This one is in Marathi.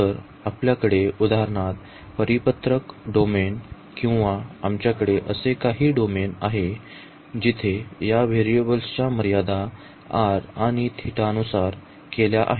तर आपल्याकडे उदाहरणार्थ परिपत्रक डोमेन किंवा आमच्याकडे असे काही डोमेन आहे जिथे या व्हेरिएबल्सच्या मर्यादा r आणि θ नुसार निर्धारित केल्या आहेत